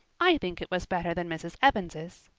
i think it was better than mrs. evans's.